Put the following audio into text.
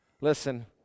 Listen